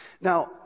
Now